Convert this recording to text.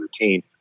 routine